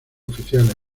oficial